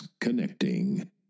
Connecting